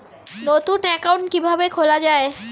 নতুন একাউন্ট কিভাবে খোলা য়ায়?